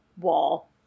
wall